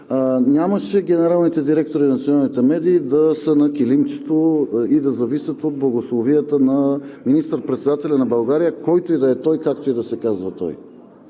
нямаше генералните директори на националните медии да са на килимчето и да зависят от благословията на министър-председателя на България, който и да е той, както и да се казва той.